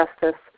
Justice